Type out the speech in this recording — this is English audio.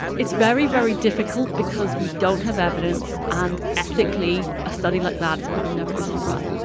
it's very, very difficult because we don't have evidence, and ethically, a study like that is probably never going to be run